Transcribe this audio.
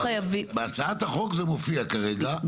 בהצעת החוק זה מופיע כרגע,